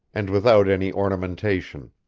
and without any ornamentation.